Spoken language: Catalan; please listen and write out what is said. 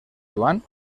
joan